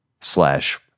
slash